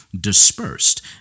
dispersed